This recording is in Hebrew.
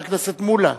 חבר הכנסת מולה.